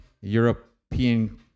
European